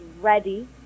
ready